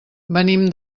venim